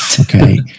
Okay